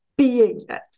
beingness